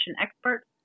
experts